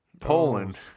Poland